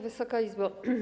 Wysoka Izbo!